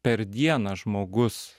per dieną žmogus